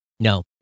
No